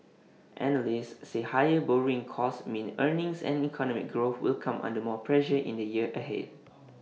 analysts say higher borrowing costs mean earnings and economic growth will come under more pressure in the year ahead